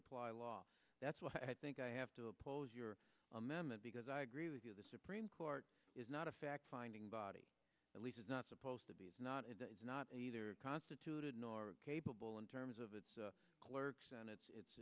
apply law that's what i think i have to oppose your amendment because i agree with you the supreme court is not a fact finding body at least is not supposed to be is not is not a either constituted nor capable in terms of its clerks and its